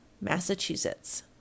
Massachusetts